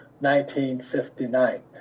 1959